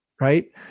right